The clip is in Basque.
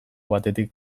batetik